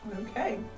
Okay